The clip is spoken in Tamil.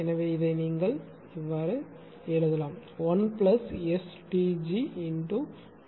எனவே இதை நீங்கள் எழுதலாம் 1STgΔE ΔFR